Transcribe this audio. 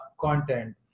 content